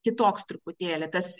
kitoks truputėlį tas